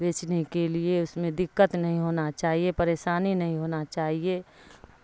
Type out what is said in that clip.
بیچنے کے لیے اس میں دقت نہیں ہونا چاہیے پریشانی نہیں ہونا چاہیے